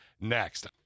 Next